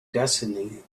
destiny